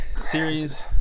series